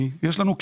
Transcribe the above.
לדיון.